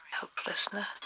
Helplessness